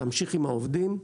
תמשיך עם העובדים,